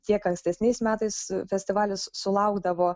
tiek ankstesniais metais festivalis sulaukdavo